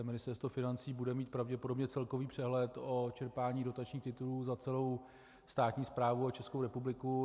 Ministerstvo financí bude mít pravděpodobně celkový přehled o čerpání dotačních titulů za celou státní správu a Českou republiku.